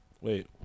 wait